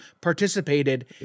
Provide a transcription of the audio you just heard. participated